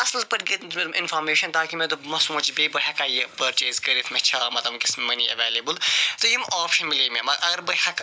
اصٕل پٲٹھۍ اِنفارمیشن تاکہِ مےٚ دوٚپ بہٕ ما سونٛچہِ بیٚیہِ بہٕ ہٮ۪کا یہِ پٔرچیز کٔرِتھ مےٚ چھا مَطلَب وٕنۍکٮ۪س مٔنی اٮ۪ویلیبل تہٕ یِم آفرٕ ملے مےٚ مگر اگر بہٕ ہٮ۪کہٕ